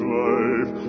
life